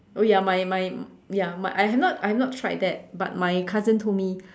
oh ya my my ya my I have not have not tried that but my cousin told me